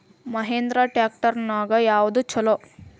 Mahindra tractor ನ್ಯಾಗ ಯಾವ್ದ ಛಲೋ?